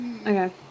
Okay